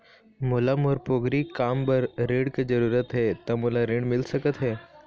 मोला मोर पोगरी काम बर ऋण के जरूरत हे ता मोला ऋण मिल सकत हे?